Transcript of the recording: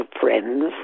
friends